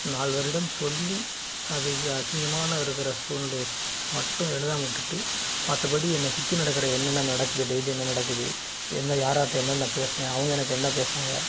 நால்வரிடம் சொல்லி அதை அசிங்கமா இருக்கிற சூல்நிலை மட்டும் எழுதாம விட்டுட்டு மற்றபடி என்னை சுற்றி நடக்கிற என்னென்ன நடக்குது டெய்லியும் என்ன நடக்குது என்ன யார்யார்ட்டே என்னென்ன பேசினேன் அவங்க எனக்கு என்ன பேசினாங்க